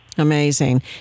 amazing